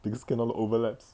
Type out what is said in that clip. because cannot overlaps